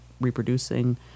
reproducing